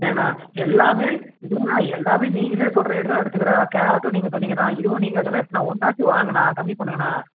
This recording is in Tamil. ஏங்க அண்ணா எல்லாமே இருங்க அண்ணா எல்லாமே நீங்களே சொல்லுற ரேட்டு தான் எடுத்துக்கறேன் கேரட்டும் நீங்கள் சொன்னிங்க தான் இதுவும் நீங்கள் சொன்ன ரேட்டு தான் ஒன்னாச்சும் வாங்க அண்ணா கம்மி பண்ணுங்க அண்ணா